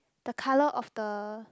the colour of the